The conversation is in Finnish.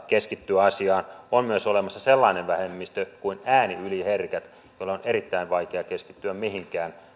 keskittyä asiaan on myös olemassa sellainen vähemmistö kuin ääniyliherkät joiden on erittäin vaikea keskittyä mihinkään